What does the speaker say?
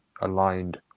aligned